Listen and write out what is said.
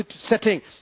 setting